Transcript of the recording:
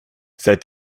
seit